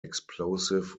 explosive